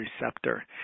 receptor